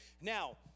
Now